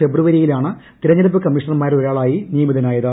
ഫെബ്രുവരിയിലാണ് തിരഞ്ഞെടുപ്പ് കമ്മീഷണർമാരിൽ ഒരാളായി നിയമിതനായത്